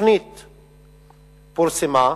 התוכנית פורסמה,